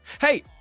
Hey